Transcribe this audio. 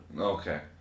Okay